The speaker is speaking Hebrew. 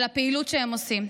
על הפעילות שהם עושים.